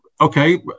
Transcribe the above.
okay